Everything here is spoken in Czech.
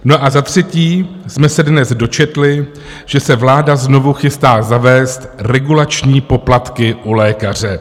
No a za třetí jsme se dnes dočetli, že se vláda znovu chystá zavést regulační poplatky u lékaře.